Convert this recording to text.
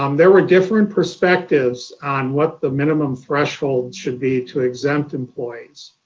um there were different perspectives on what the minimum threshold should be to exempt employees.